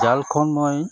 জালখন মই